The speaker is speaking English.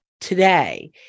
today